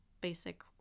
basic